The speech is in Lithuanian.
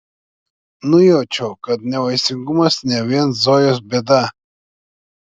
nujaučiau kad nevaisingumas ne vien zojos bėda